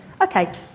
Okay